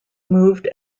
moved